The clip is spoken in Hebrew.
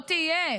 לא תהיה.